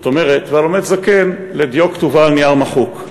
והלומד זקן, לדיו כתובה על נייר מחוק.